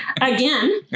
again